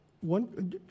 One